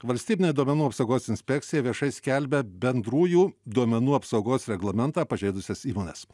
valstybinė duomenų apsaugos inspekcija viešai skelbia bendrųjų duomenų apsaugos reglamentą pažeidusias įmones